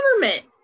government